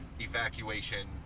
Evacuation